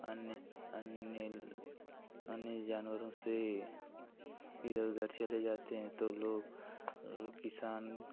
अन्य अन्य अन्य जानवरों से इधर उधर चले जाते हैं तो लोग किसान